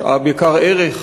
משאב יקר ערך,